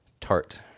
tart